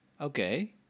Okay